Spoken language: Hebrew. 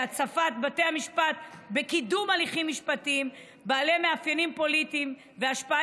הצפת בתי המשפט בקידום הליכים משפטיים בעלי מאפיינים פוליטיים והשפעה